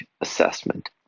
assessment